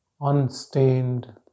unstained